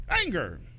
Anger